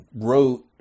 wrote